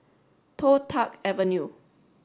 Toh Tuck Avenue